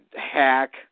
hack